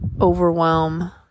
overwhelm